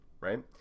right